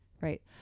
Right